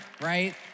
right